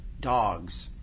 dogs